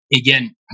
again